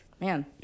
Man